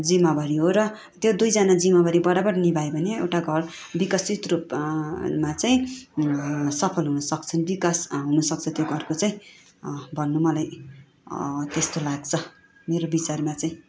जिम्मावारी हो र त्यो दुईजना जिम्मावारी बराबर निभाए भने एउटा घर विकासित रूप मा चाहिँ सफल हुन सक्छन् विकास हुनसक्छ त्यो घरको चाहिँ भन्नु मलाई त्यस्तो लाग्छ मेरो विचारमा चाहिँ